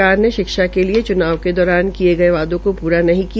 सरकार ने शिक्षा के लिए च्नाव के दौरान किये गये वादों का पूरा नहीं किया